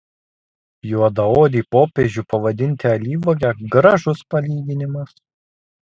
juodaodį popiežių pavadinti alyvuoge gražus palyginimas